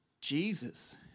Jesus